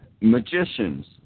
magicians